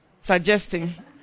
suggesting